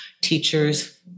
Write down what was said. teachers